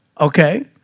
Okay